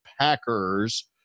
packers